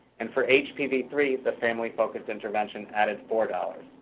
and for h p v three, the family focused intervention added four dollars.